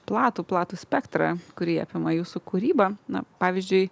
platų platų spektrą kurį apima jūsų kūryba na pavyzdžiui